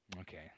Okay